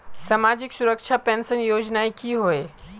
सामाजिक सुरक्षा पेंशन योजनाएँ की होय?